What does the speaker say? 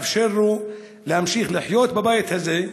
לאפשר לו להמשיך לחיות בבית הזה.